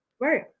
right